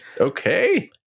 Okay